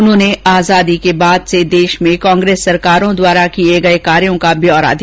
उन्होंने आजादी के बाद से देश में कांग्रेस सरकारों द्वारा किए गए कार्यो का ब्यौरा दिया